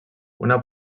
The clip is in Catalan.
una